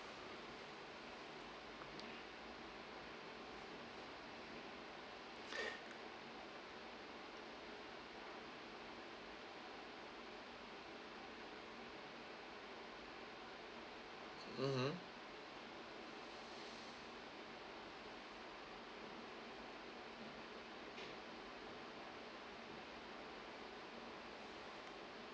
mmhmm